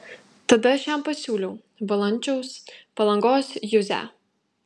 tada aš jam pasiūliau valančiaus palangos juzę